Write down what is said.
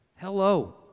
Hello